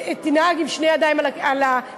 תנהג עם שתי ידיים על ההגה?